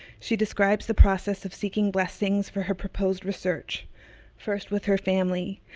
she describes the process of seeking blessings for her proposed research first with her family,